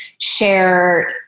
share